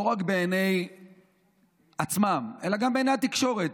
לא רק בעיני עצמם, אלא גם בעיני התקשורת.